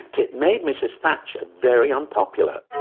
it made mrs thatcher very unpopular.